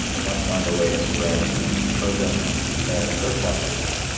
we must find a way to spread urban tariff surpluses